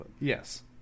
Yes